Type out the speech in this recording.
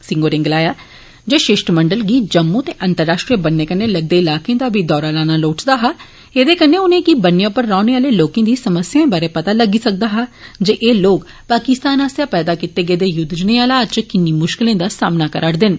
सिंह होरे गलाया जे शिष्टमंडल गी जम्मू दे अंतरराष्ट्रीय बन्नै कन्नै लगदे इलाके दा बी दौरा लाना लोड़चदा हा एदे कन्नै उनेंगी बन्ने उप्पर रौहने आले लोके दी समस्याएं बारे पता लग्गी सकदा हा ज एह लोक पाकिस्तान आस्सेआ पैदा कीते गेदे युद्ध जनेह हालात इच किन्नी मुश्किलें दा सामना करा'रदे न